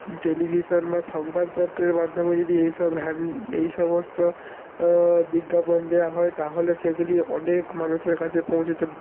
television বা সংবাদপত্রের মাধ্যমে যদি এই সব হ্যান্ড এই সমস্ত বিজ্ঞাপন দেওয়া হয় তাহলে সেগুলি অনেক মানুষের কাছে পৌঁছতে